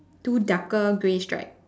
two darker grey stripe